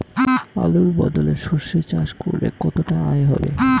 আলুর বদলে সরষে চাষ করলে কতটা আয় হবে?